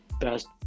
best